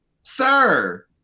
Sir